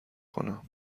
کنم